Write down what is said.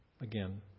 Again